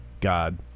God